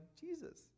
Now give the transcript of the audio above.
Jesus